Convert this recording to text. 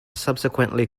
subsequently